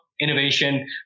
innovation